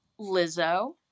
Lizzo